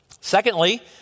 Secondly